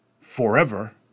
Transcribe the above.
forever